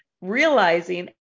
realizing